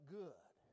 good